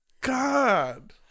god